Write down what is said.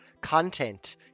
content